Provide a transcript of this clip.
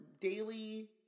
daily